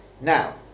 Now